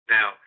Now